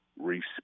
respect